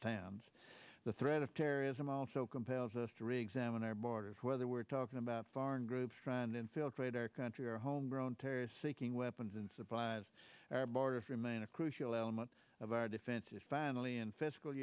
towns the threat of terrorism also compels us to reexamine our border whether we're talking about foreign groups trying to infiltrate our country or homegrown terrorists seeking weapons and supplies our borders remain a crucial element of our defense is finally